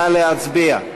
נא להצביע.